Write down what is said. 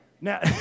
Now